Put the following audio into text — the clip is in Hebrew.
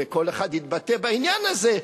וכל אחד התבטא בעניין הזה,